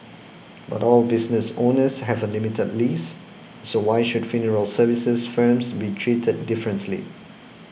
but all business owners have a limited lease so why should funeral services firms be treated differently